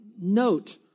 note